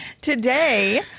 today